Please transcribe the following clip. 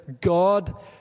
God